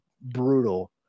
brutal